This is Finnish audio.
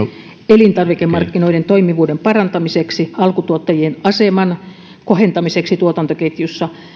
elintarvikemarkkinoiden toimivuuden parantamiseksi alkutuottajien aseman kohentamiseksi tuotantoketjussa